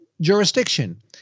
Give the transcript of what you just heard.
jurisdiction